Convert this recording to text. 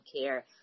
care